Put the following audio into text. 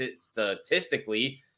statistically